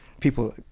People